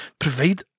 provide